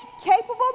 capable